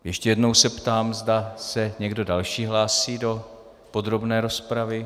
Ještě jednou se ptám, zda se někdo další hlásí do podrobné rozpravy.